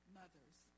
mothers